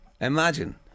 imagine